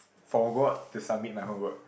forgot to submit my homework